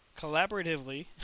collaboratively